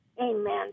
Amen